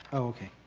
okay.